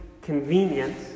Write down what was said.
convenient